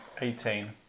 Eighteen